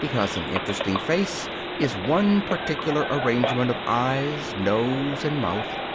because an interesting face is one particular arrangement of eyes, nose, and mouth,